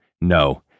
no